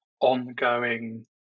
ongoing